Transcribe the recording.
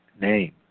name